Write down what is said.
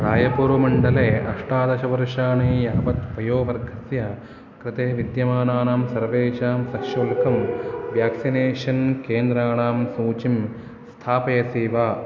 रायपुर् मण्डले अष्टादशवर्षाणि यावत् वयोवर्गस्य कृते विद्यमानानां सर्वेषां सशुल्कं व्याक्सिनेषन् केन्द्राणां सूचीं स्थापयसि वा